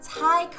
Thai